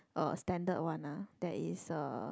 uh standard one ah that is uh